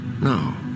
No